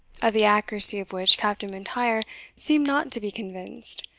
of the accuracy of which captain m'intyre seemed not to be convinced,